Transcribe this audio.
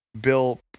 Bill